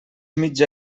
mitja